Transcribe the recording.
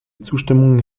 zustimmung